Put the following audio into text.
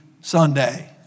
Sunday